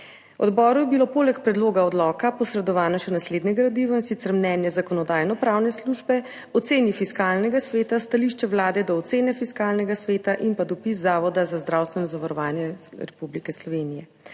Odboru je bilo poleg predloga odloka posredovano še naslednje gradivo, in sicer mnenje Zakonodajno-pravne službe, oceni Fiskalnega sveta, stališče Vlade do ocene Fiskalnega sveta in dopis Zavoda za zdravstveno zavarovanje Republike Slovenije.